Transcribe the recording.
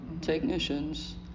technicians